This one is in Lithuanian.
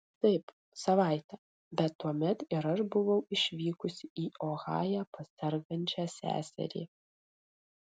taip savaitę bet tuomet ir aš buvau išvykusi į ohają pas sergančią seserį